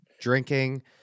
drinking